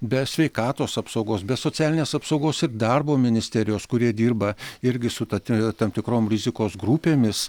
be sveikatos apsaugos be socialinės apsaugos ir darbo ministerijos kurie dirba irgi su tam tikrom rizikos grupėmis